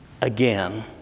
Again